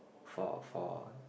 for for